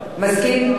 מסכים?